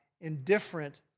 indifferent